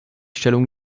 stellung